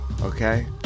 okay